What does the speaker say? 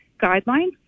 guidelines